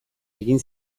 egin